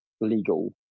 legal